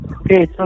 Okay